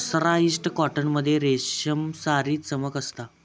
mercerised cotton मध्ये रेशमसारी चमक असता